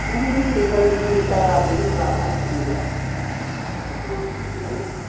ꯇꯧꯕꯨꯗꯤ ꯂꯨꯄꯥ ꯂꯤꯁꯤꯡ ꯇꯔꯥꯗꯩꯅ ꯇ꯭ꯔꯥꯡꯉꯥꯐꯥꯎ ꯄꯤꯕ ꯂꯩ